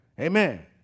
Amen